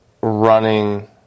running